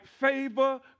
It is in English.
favor